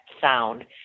sound